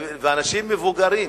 אנשים מבוגרים,